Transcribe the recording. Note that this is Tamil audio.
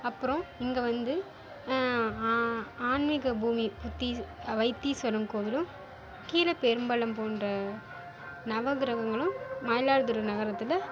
அப்பறம் இங்கே வந்து ஆ ஆன்மீக பூமி பத்திஸ் வைத்தீஸ்வரன் கோவிலும் கீழப்பெரும்பலம் போன்ற நவக்கிரகங்களும் மயிலாடுதுறை நகரத்தில்